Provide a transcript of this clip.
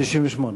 ב-1998?